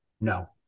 No